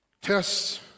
Tests